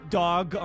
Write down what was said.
dog